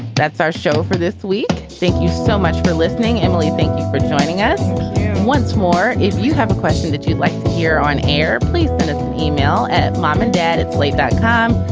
that's our show for this week thank you so much for listening. emily, thank you for joining us once more. if you have a question that you'd like to hear on air, please email at mom and dad at slate dot com.